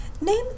name